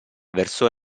verso